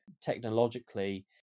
technologically